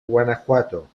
guanajuato